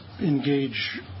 engage